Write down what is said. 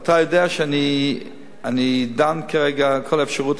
ואתה יודע שאני דן כרגע על כל האפשרות